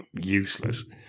useless